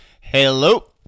Hello